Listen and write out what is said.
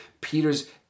Peter's